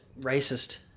Racist